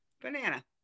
Banana